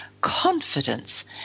confidence